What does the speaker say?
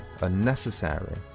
unnecessary